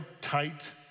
tight